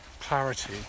clarity